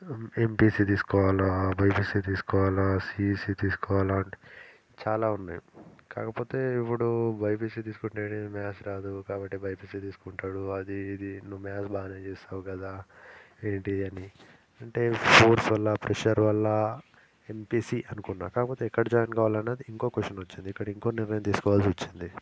MPC తీసుకోవాలా BiPC తీసుకోవాలా CEC తీసుకోవాలా చాలా ఉన్నాయి కాకపోతే ఇప్పుడు బైపీసీ తీసుకుంటే మ్యాథ్స్ రాదు కాబట్టి బైపీసీ తీసుకుంటాడు అది ఇది నువ్వు మ్యాథ్స్ బాగానే చేస్తావు కదా ఏంటి అని అంటే ఫోర్స్ వల్ల ప్రెజర్ వల్ల ఎంపీసీ అనుకున్న కాకపోతే ఎక్కడ జాయిన్ కావాలి అనేది ఇంకో క్వశ్చన్ వచ్చింది ఇక్కడ ఇంకో నిర్ణయం తీసుకోవాల్సి వచ్చింది